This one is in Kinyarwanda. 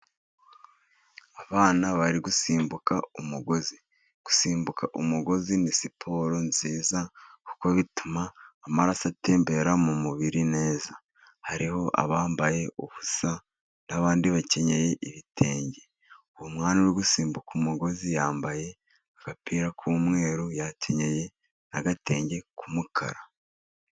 Abana bari gusimbuka umugozi. Gusimbuka umugozi ni siporo nziza, kuko bituma amaraso atembera mu mubiri neza. Hariho abambaye ubusa n'abandi bakenyeye ibitenge. Uwo mwana uri gusimbuka umugozi yambaye agapira k'umweru, yakenyeye n'agatenge k'umukara.